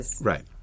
Right